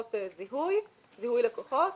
חובות זיהוי לקוחות,